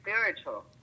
spiritual